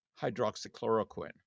hydroxychloroquine